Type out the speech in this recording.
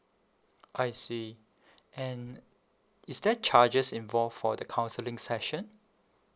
I see and is there charges involve for the counselling session